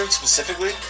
specifically